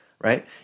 Right